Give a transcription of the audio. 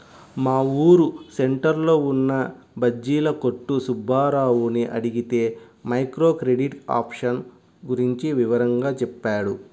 మా ఊరు సెంటర్లో ఉన్న బజ్జీల కొట్టు సుబ్బారావుని అడిగితే మైక్రో క్రెడిట్ ఆప్షన్ గురించి వివరంగా చెప్పాడు